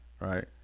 right